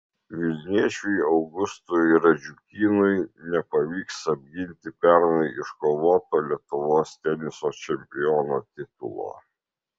vilniečiui augustui radžiukynui nepavyks apginti pernai iškovoto lietuvos teniso čempiono titulo